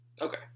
Okay